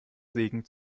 segen